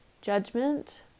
judgment